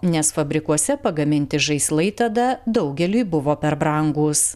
nes fabrikuose pagaminti žaislai tada daugeliui buvo per brangūs